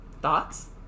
Thoughts